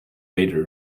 later